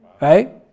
Right